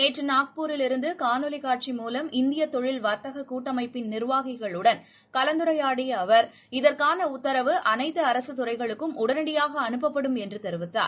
நேற்று நாக்பூரில் இருந்து காணொலி காட்சி மூலம் இந்திய தொழில் வர்த்தக கூட்டமைப்பிள் நிர்வாகிகளுடன் கலந்துரையாடிய அவர் இதற்கான உத்தரவு அனைத்து அரசு துறைகளுக்கும் உடனடியாக அனுப்பபடும் என்று தெரிவித்துள்ளார்